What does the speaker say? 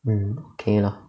mm okay lah